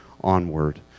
onward